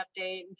update